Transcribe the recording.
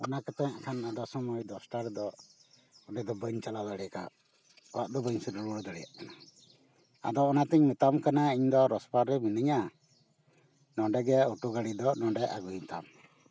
ᱚᱱᱟ ᱠᱟᱛᱮ ᱫᱚ ᱥᱚᱢᱚᱭ ᱫᱚ ᱫᱚᱥᱴᱟᱨ ᱫᱚ ᱚᱸᱰᱮ ᱫᱚ ᱵᱟᱹᱧ ᱪᱟᱞᱟᱣ ᱫᱟᱲᱮᱭᱟᱠᱟᱣᱫᱟ ᱚᱲᱟᱜ ᱫᱚ ᱵᱟᱹᱧ ᱥᱮᱱ ᱨᱩᱣᱟᱹᱲ ᱫᱟᱲᱮᱭᱟᱠᱟᱣᱫᱟ ᱟᱫᱚ ᱚᱱᱟ ᱛᱤᱧ ᱢᱮᱛᱟᱢ ᱠᱟᱱᱟ ᱤᱧ ᱫᱚ ᱨᱚᱥᱯᱟᱨ ᱨᱮ ᱢᱤᱱᱟᱹᱧᱟ ᱱᱚᱸᱰᱮ ᱜᱮ ᱚᱴᱚ ᱜᱟᱹᱰᱤ ᱫᱚ ᱱᱚᱸᱰᱮ ᱟᱹᱜᱩᱭ ᱛᱟᱢ